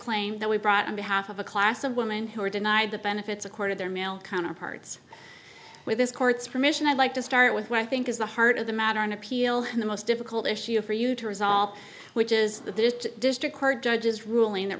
claim that we brought on behalf of a class of women who were denied the benefits accorded their male counterparts with this court's permission i'd like to start with what i think is the heart of the matter an appeal and the most difficult issue for you to resolve which is that this district court judge's ruling that